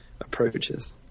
approaches